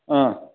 اۭں